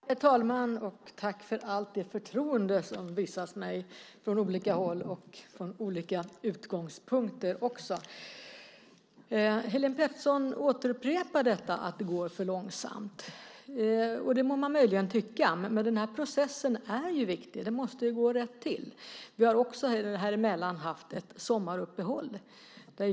Herr talman! Tack för allt det förtroende som visas mig från olika håll och också från olika utgångspunkter! Helene Petersson upprepar att det går för långsamt. Det må man möjligen tycka, men den här processen är viktig. Det måste gå rätt till. Vi har också haft ett sommaruppehåll.